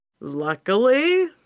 Luckily